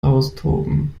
austoben